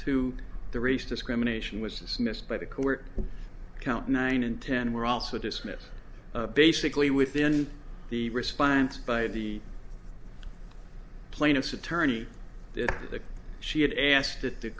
two the race discrimination was dismissed by the court count nine and ten were also dismissed basically within the response by the plaintiff's attorney that she had asked if the